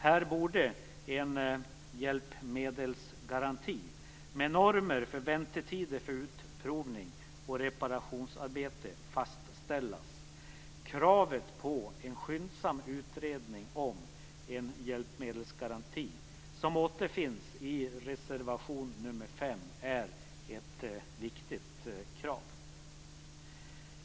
Här borde en hjälpmedelsgaranti med normer för väntetider för utprovning och reparationsarbete fastställas. Kravet på en skyndsam utredning om en hjälpmedelsgaranti, som återfinns i reservation 5, är viktigt.